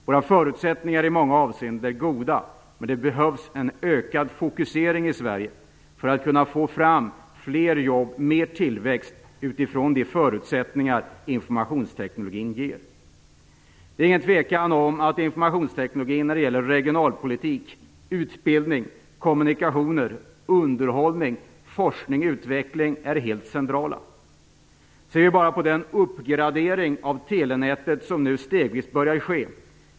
Våra förutsättningar är i många avseenden goda, men det behövs en ökad fokusering i Sverige för att vi skall kunna få fram fler jobb och mer tillväxt utifrån de förutsättningar informationsteknologin ger. Det är ingen tvekan om att informationsteknologin när det gäller regionalpolitik, utbildning, kommunikationer, underhållning och forskning och utveckling är helt central. Se bara på den uppgradering av telenätet som nu stegvis börjar ske.